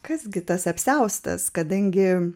kas gi tas apsiaustas kadangi